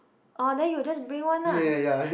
oh then you just bring one ah